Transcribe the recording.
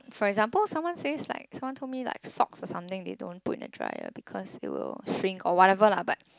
for example someone says like some told me like socks or something they don't put in the dryer because it will shrink or whatever lah but